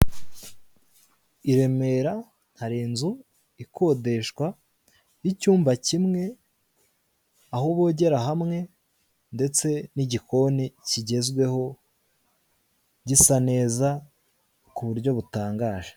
Iremera hari inzu ikodesha y'icyumba kimwe aho bogera hamwe ndetse n'igikoni kigezweho gisa neza ku buryo butangaje.